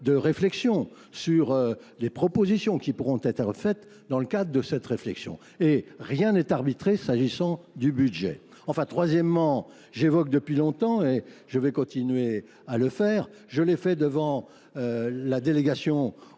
de réflexions sur les propositions qui pourront être faites dans le cadre de cette réflexion. Et rien n'est arbitré s'agissant du budget. Enfin, troisièmement, j'évoque depuis longtemps et je vais continuer à le faire. Je l'ai fait devant la délégation